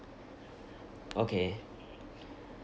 okay